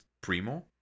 Primo